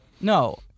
No